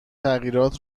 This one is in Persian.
تغییرات